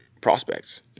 prospects